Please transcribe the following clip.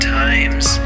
times